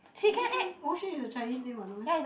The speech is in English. which one Ou xuan is her Chinese name mah no meh